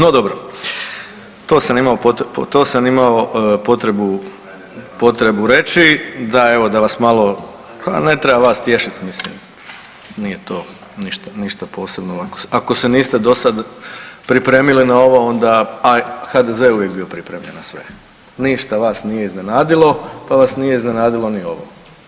No dobro, to se imao potrebu reći da evo, da vas malo, ha ne treba vas tješiti, mislim, nije to ništa posebno, ako se niste dosad pripremili na ovo, onda, a HDZ je uvijek bio pripremljen na sve, ništa vas nije iznenadilo pa vas nije iznenadilo ni ovo.